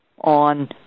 on